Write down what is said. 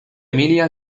emilia